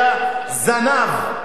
היה זנב,